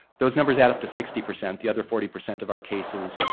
those numbers add up to sixty percent. the other forty percent of our cases,